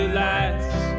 lights